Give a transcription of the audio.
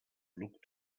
look